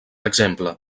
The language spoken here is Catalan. exemple